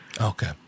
Okay